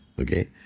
Okay